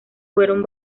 fueron